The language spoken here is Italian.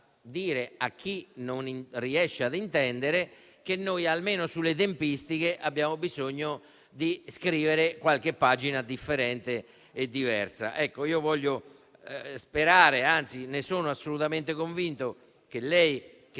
dire a chi non riesce ad intendere che noi, almeno sulle tempistiche, abbiamo bisogno di scrivere qualche pagina differente. Voglio sperare ed, anzi, sono assolutamente convinto che lei, che